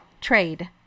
trade